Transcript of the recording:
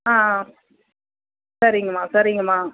ஆ சரிங்கம்மா சரிங்கம்மா